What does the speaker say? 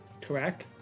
Correct